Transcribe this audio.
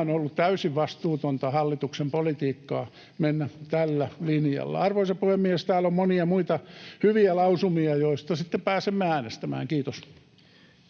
On ollut täysin vastuutonta hallituksen politiikkaa mennä tällä linjalla. Arvoisa puhemies! Täällä on monia muita hyviä lausumia, joista sitten pääsemme äänestämään. — Kiitos.